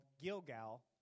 Gilgal